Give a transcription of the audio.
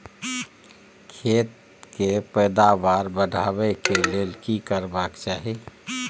खेत के पैदावार बढाबै के लेल की करबा के चाही?